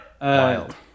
Wild